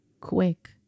quick